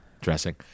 dressing